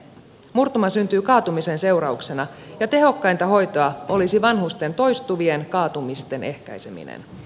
murtuma syntyy kaatumisen seurauksena ja tehokkainta hoitoa olisi vanhusten toistuvien kaatumisten ehkäiseminen